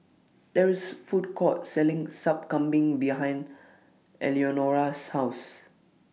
There IS Food Court Selling Sup Kambing behind Eleonora's House